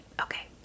Okay